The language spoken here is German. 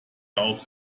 auf